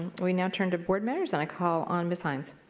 we now turn to board matters and i call on ms. hynes.